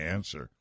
Answer